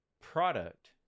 product